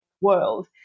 world